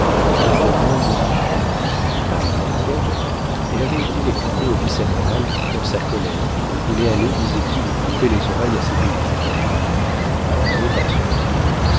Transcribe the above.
dont le nom lui fut dit par la portière elle avait été les conter au vice-amiral qui dans sa colère voulait aller disait-il couper les oreilles à ces bélîtres animé par son courroux